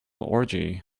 orgy